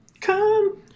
Come